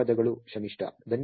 ಧನ್ಯವಾದಗಳು ಶಮಿಷ್ಠಾ